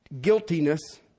Guiltiness